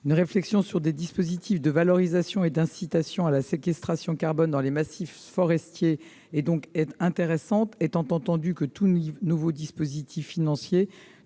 une réflexion sur des dispositifs de valorisation et d'incitation à la séquestration de carbone dans les massifs forestiers est donc intéressant, étant entendu que tout nouveau dispositif financier